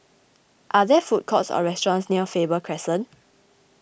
are there food courts or restaurants near Faber Crescent